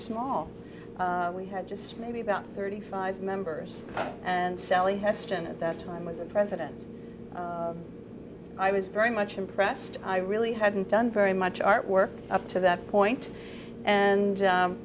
small we had just maybe about thirty five members and sally heston at that time was a president i was very much impressed i really hadn't done very much art work up to that point and